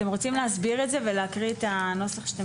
אתם רוצים להסביר את זה ולהקריא את הנוסח שאתם